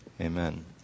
amen